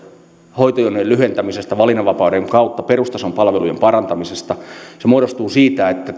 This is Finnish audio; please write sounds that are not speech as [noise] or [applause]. hoitojonojen lyhentämisestä valinnanvapauden kautta perustason palvelujen parantamisesta se muodostuu siitä että [unintelligible]